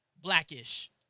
blackish